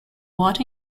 what